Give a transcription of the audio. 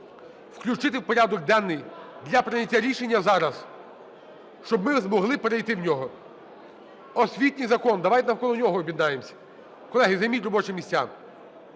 включити в порядок денний для прийняття рішення зараз, щоб ми змогли перейти в нього. Освітній закон, давайте навколо нього об'єднаємося. Колеги, займіть робочі місця.